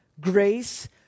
grace